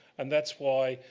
and that's why,